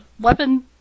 weapon